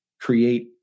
create